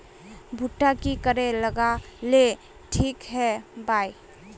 भुट्टा की करे लगा ले ठिक है बय?